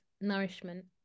nourishment